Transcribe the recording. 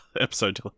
episode